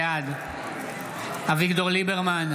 בעד אביגדור ליברמן,